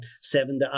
seven